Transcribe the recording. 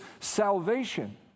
salvation